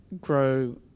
grow